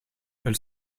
elle